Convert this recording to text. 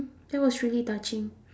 that was really touching